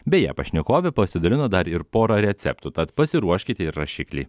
beje pašnekovė pasidalino dar ir porą receptų tad pasiruoškite ir rašiklį